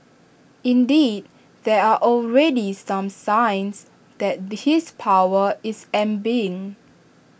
indeed there are already some signs that his power is ebbing